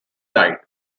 died